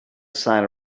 sign